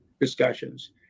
discussions